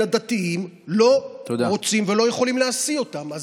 הדתיים לא רוצים ולא יכולים להשיא אותם.